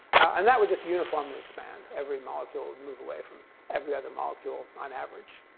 and that would just uniformly expand every molecule and move away from every other molecule on average.